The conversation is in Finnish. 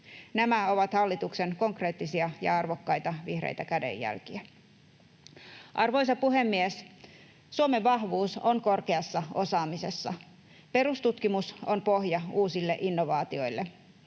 Nämä ovat hallituksen konkreettisia ja arvokkaita vihreitä kädenjälkiä. Arvoisa puhemies! Suomen vahvuus on korkeassa osaamisessa. Perustutkimus on pohja uusille innovaatioille.